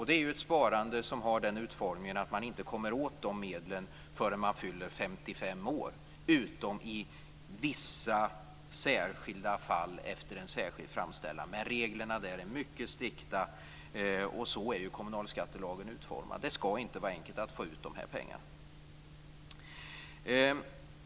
Det är ett sparande som har den utformningen att man inte kommer åt de medlen förrän man fyller 55 år, utom i vissa särskilda fall efter en särskild framställan. Men reglerna där är mycket strikta. Så är kommunalskattelagen utformad att det inte skall vara enkelt att få ut dessa pengar.